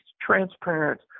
transparent